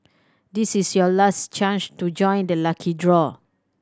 this is your last chance to join the lucky draw